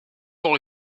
hoor